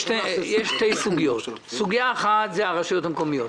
יש שתי סוגיות: סוגיה אחת היא הרשויות המקומיות.